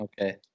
Okay